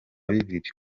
bibiri